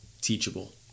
teachable